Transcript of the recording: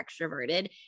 extroverted